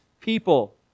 people